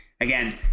again